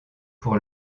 pour